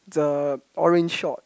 the orange short